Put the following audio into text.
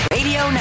Radio